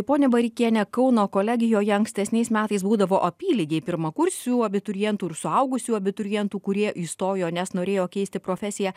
ponia bareikiene kauno kolegijoje ankstesniais metais būdavo apylygiai pirmakursių abiturientų ir suaugusių abiturientų kurie įstojo nes norėjo keisti profesiją